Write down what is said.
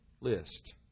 list